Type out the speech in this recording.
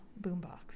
boombox